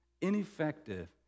ineffective